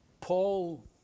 Paul